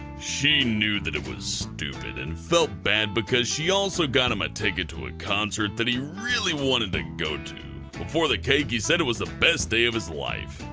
she knew that it was stupid, and felt bad because she also got him a ticket to a concert that he really wanted to go to. before the cake, he said it was the best day of his life.